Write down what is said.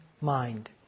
Mind